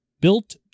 built